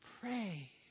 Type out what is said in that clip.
pray